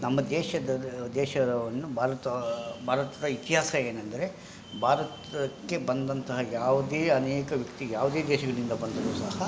ನಮ್ಮ ದೇಶದ ದೇಶವನ್ನು ಭಾರತ ಭಾರತದ ಇತಿಹಾಸ ಏನಂದರೆ ಭಾರತಕ್ಕೆ ಬಂದಂತಹ ಯಾವುದೇ ಅನೇಕ ವ್ಯಕ್ತಿ ಯಾವುದೇ ದೇಶವಿನಿಂದ ಬಂದರು ಸಹ